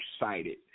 excited